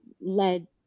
led